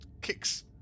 kicks